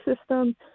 system